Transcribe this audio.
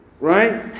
Right